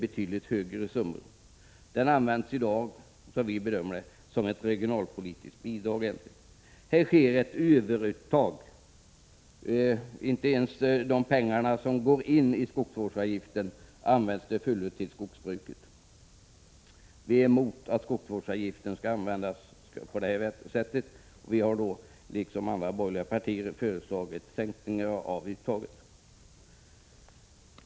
Enligt vår åsikt används medlen som ett regionalpolitiskt bidrag. Här är det fråga om ett överuttag. Inte ens de pengar som går till skogsvårdsavgiften används helt för skogsbruket. Vi motsätter oss att skogsvårdsavgiften används på detta sätt och har liksom de andra borgerliga partierna föreslagit en sänkning av uttaget.